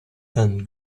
and